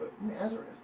Nazareth